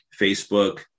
Facebook